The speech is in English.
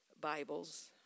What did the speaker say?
Bibles